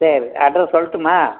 சரி அட்ரஸ் சொல்லட்டுமா